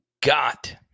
got